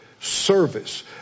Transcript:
Service